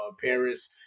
Paris